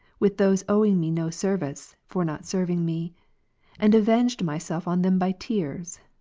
with those owing me no service, for not serving me and avenged myself on them by tears.